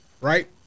right